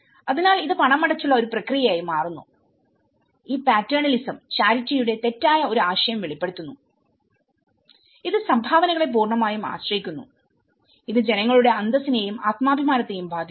അതിനാൽ ഇത് പണമടച്ചുള്ള ഒരു പ്രക്രിയയായി മാറുന്നു ഈ പാറ്റേർണലിസം ചാരിറ്റിയുടെ തെറ്റായ ഒരു ആശയം വെളിപ്പെടുത്തുന്നു ഇത് സംഭാവനകളെ പൂർണ്ണമായും ആശ്രയിക്കുന്നു ഇത് ജനങ്ങളുടെ അന്തസ്സിനെയും ആത്മാഭിമാനത്തെയും ബാധിക്കുന്നു